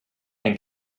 and